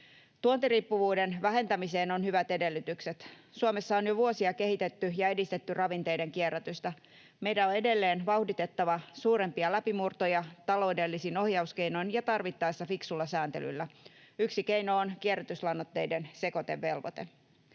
Tuontiriippuvuuden vähentämiseen on hyvät edellytykset. Suomessa on jo vuosia kehitetty ja edistetty ravinteiden kierrätystä. Meidän on edelleen vauhditettava suurempia läpimurtoja taloudellisin ohjauskeinoin ja tarvittaessa fiksulla sääntelyllä. Yksi keino on kierrätyslannoitteiden sekoitevelvoite.